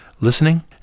listening